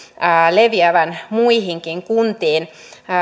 leviävän muihinkin kuntiin